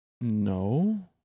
no